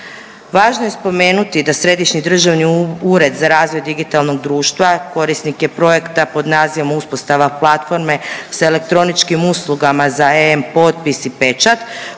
Važno je spomenuti da Središnji državni ured za razvoj digitalnog društva korisnik je projekta pod nazivom uspostava platforme sa elektroničkim uslugama za .../Govornik se